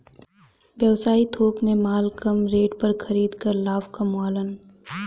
व्यवसायी थोक में माल कम रेट पर खरीद कर लाभ कमावलन